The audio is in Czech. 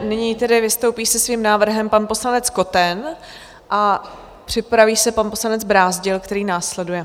Nyní vystoupí se svým návrhem pan poslanec Koten a připraví se pan poslanec Brázdil, který následuje.